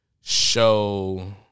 show